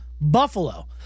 Buffalo